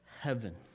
heaven